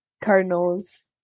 Cardinals